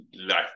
life